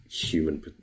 human